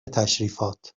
تشریفات